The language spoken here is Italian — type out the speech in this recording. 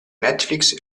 netflix